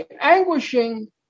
anguishing